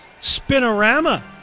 spinorama